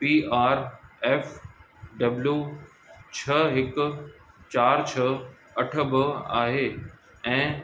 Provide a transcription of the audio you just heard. P R F W छह हिकु चार छह अठ ॿ आहे ऐं